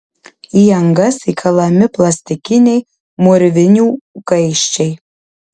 į angas įkalami plastikiniai mūrvinių kaiščiai